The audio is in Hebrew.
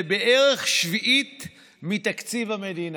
זה בערך שביעית מתקציב המדינה.